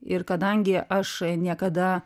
ir kadangi aš niekada